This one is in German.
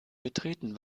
betreten